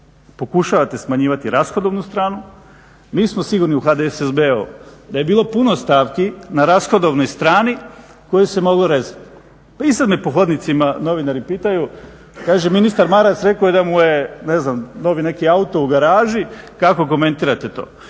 pokušavate smanjivati rashodovnu stranu. Mi smo sigurni u HDSSB-u da je bilo puno stavki na rashodovnoj strani koje se moglo rezati. Pa i sad me po hodnicima novinari pitaju kaže ministar Maras rekao je da mu je ne znam neki novi auto u garaži, kako komentirate to.